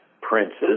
princes